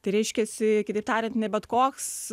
tai reiškiasi kitaip tariant ne bet koks